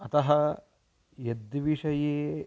अतः यद्विषये